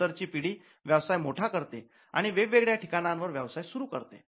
नंतरची पिढी व्यवसाय मोठा करते आणि वेगवेगळ्या ठिकाणां वर व्यवसाय सुरू करते